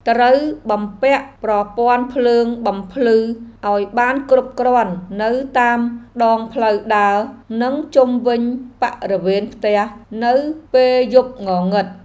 ត្រូវបំពាក់ប្រព័ន្ធភ្លើងបំភ្លឺឱ្យបានគ្រប់គ្រាន់នៅតាមដងផ្លូវដើរនិងជុំវិញបរិវេណផ្ទះនៅពេលយប់ងងឹត។